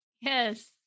Yes